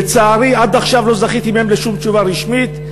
לצערי, עד עכשיו לא זכיתי מהם לשום תשובה רשמית.